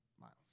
miles